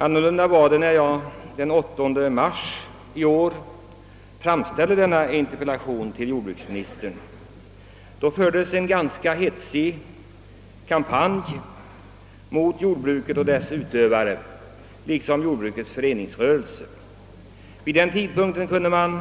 Annorlunda var förhållandet när jag den 8 mars i år framställde denna interpellation till jordbruksministern. Då fördes en ganska hetsig kampanj mot jordbruket och dess utövare samt mot jordbrukets för eningsrörelse. Vid denna tidpunkt kunde man